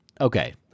Okay